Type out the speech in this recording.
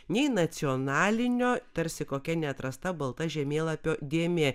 nei nacionalinio tarsi kokia neatrasta balta žemėlapio dėmė